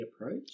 approach